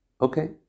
okay